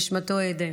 נשמתו עדן.